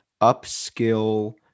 upskill